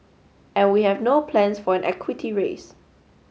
and we have no plans for an equity raise